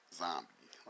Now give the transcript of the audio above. zombie